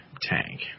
tank